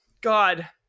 God